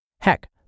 Heck